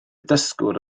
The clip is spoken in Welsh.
dysgwr